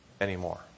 anymore